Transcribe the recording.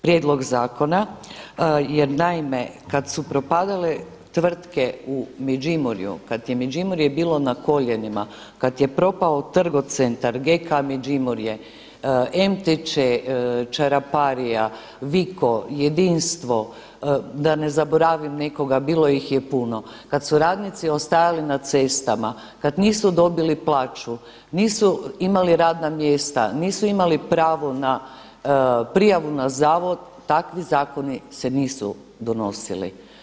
prijedlog zakona jer naime kada su propadale tvrtke u Međimurju kada je Međimurje bilo na koljenima, kada je propao Trgocentar, GK Međimurje, MTČ Čaraparija, Viko, Jedinstvo da ne zaboravim nekoga bilo ih je puno, kada su radnici ostajali na cestama, kada nisu dobili plaću, nisu imali radna mjesta, nisu imali pravo na prijavu na zavod takvi zakoni se nisu donosili.